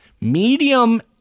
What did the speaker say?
medium